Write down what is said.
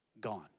Gone